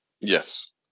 Yes